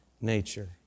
nature